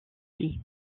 fille